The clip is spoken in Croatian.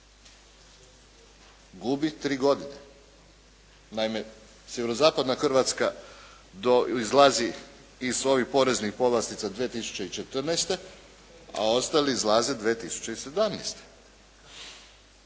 gubi tri godine. Naime, Sjeverozapadna Hrvatska izlazi iz ovih poreznih povlastica 2014., a ostali izlaze 2017.